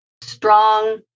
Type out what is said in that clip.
strong